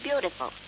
beautiful